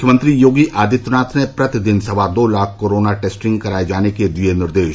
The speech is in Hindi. मुख्यमंत्री योगी आदित्यनाथ ने प्रतिदिन सवा दो लाख कोरोना टेस्टिंग कराये जाने के दिये निर्देश